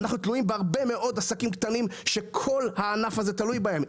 אנחנו תלויים בהרבה מאוד עסקים קטנים שכל הענף הזה תלוי בהם.